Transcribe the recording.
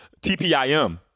TPIM